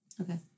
Okay